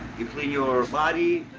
you clean your body.